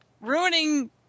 ruining –